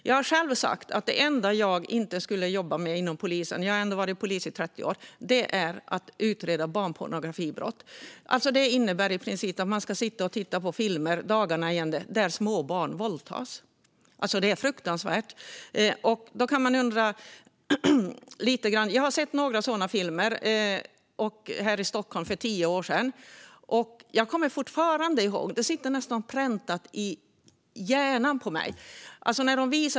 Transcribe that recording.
Jag har själv sagt att det enda jag inte skulle jobba med inom polisen - jag har ändå varit polis i 30 år - är att utreda barnpornografibrott. Det innebär i princip att man dagarna i ända ska sitta och titta på filmer där småbarn våldtas. Det är fruktansvärt. Jag har sett några sådana filmer här i Stockholm för tio år sedan, och jag kommer fortfarande ihåg det - det sitter nästan präntat i hjärnan på mig.